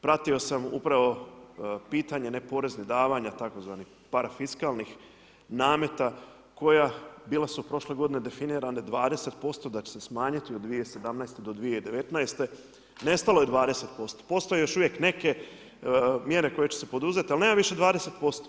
Pratio sam upravo pitanje neporeznih davanja tzv. parafiskalnih nameta koja, bila su prošle godine definirane 20% da će smanjiti od 2017. do 2019., nestalo je 20%, postoji još uvijek neke mjere koje će se poduzet, ali nema više 20%